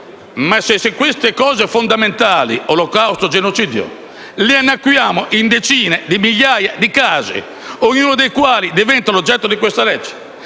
Ma se queste cose fondamentali, come l'olocausto e il genocidio, le annacquiamo tra decine di migliaia di casi, ognuno dei quali diventa oggetto della legge